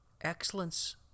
Excellence